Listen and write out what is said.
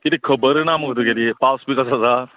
कितें खबरू ना मुगो तुगेली पावस बी कसो आसा